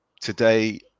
Today